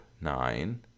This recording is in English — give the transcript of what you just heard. nine